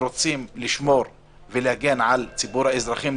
רוצים לשמור ולהגן על ציבור האזרחים,